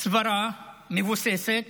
סברה מבוססת